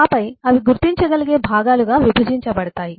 ఆపై అవి గుర్తించగలిగే భాగాలుగా విభజించబడతాయి